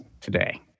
today